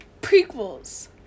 prequels